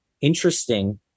interesting